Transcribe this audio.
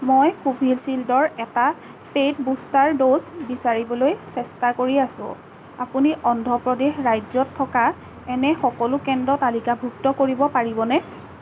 মই কোভিচিল্ডৰ এটা পে'ইড বুষ্টাৰ ড'জ বিচাৰিবলৈ চেষ্টা কৰি আছো আপুনি অন্ধ্ৰ প্ৰদেশ ৰাজ্যত থকা এনে সকলো কেন্দ্ৰ তালিকাভুক্ত কৰিব পাৰিবনে